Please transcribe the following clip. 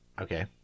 Okay